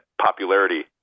popularity